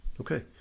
Okay